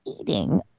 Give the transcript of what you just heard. eating